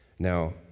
Now